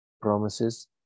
promises